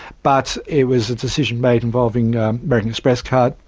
but it was a decision made involving american express card,